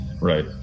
Right